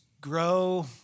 grow